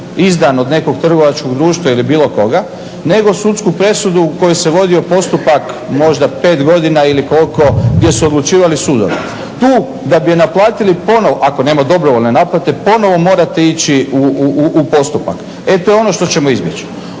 izdan od nekog trgovačkog društva ili bilo koga nego sudsku presudu u kojoj se vodio postupak možda 5 godina ili koliko gdje su odlučivali sudovi. Tu da bi naplatili ponovno, ako nema dobrovoljne naplate, ponovno morate ići u postupak. E to je ono što ćemo izbjeći.